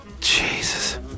Jesus